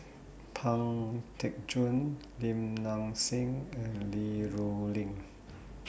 Pang Teck Joon Lim Nang Seng and Li Rulin